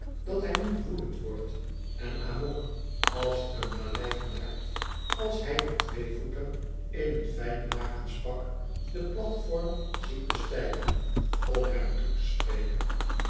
dat hij niet woedend wordt en amok als een maleier maakt als hij een tweevoeter in een fijn lakensch pak den platform ziet bestijgen om hem toe te spreken